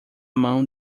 mão